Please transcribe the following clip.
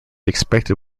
expected